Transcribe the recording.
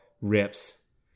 rips